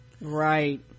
right